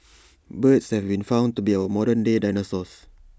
birds have been found to be our modern day dinosaurs